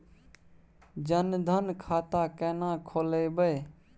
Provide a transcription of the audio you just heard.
जनधन खाता केना खोलेबे?